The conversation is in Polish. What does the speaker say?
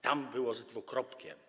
Tam było z dwukropkiem.